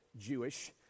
Jewish